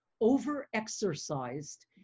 over-exercised